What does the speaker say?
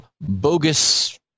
bogus